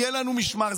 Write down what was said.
יהיה לנו משמר.